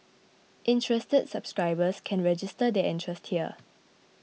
interested subscribers can register their interest here